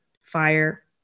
fire